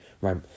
right